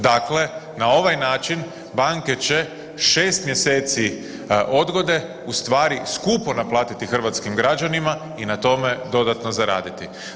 Dakle, na ovaj način banke će 6 mjeseci odgode ustvari skupo naplatiti hrvatskim građanima i na tome dodatno zaraditi.